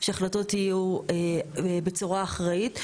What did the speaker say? שהחלטות יהיו בצורה אחראית.